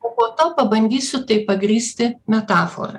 o po to pabandysiu tai pagrįsti metafora